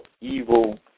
evil